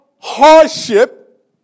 hardship